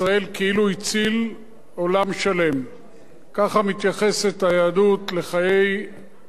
ככה מתייחסת היהדות לחיי כל אדם ולכל בר-אנוש,